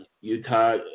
Utah